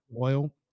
oil